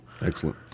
Excellent